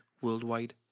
worldwide